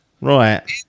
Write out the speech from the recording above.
Right